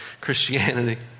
Christianity